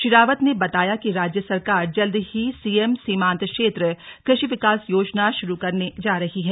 श्री रावत ने बताया कि राज्य सरकार जल्द ही सीएम सीमान्त क्षेत्र कृषि विकास योजना शुरू करने जा रही है